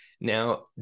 Now